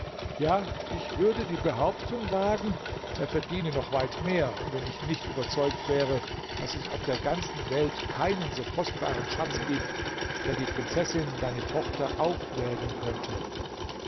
ja ich würde die behauptung wagen er verdiene noch weit mehr wenn ich nicht überzeugt wäre daß es auf der ganzen welt keinen so kostbaren schatz gibt der die prinzessin deine tochter aufwägen könnte